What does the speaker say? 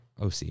OC